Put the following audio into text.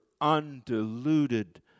undiluted